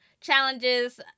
challenges